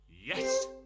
Yes